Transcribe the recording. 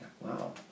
Wow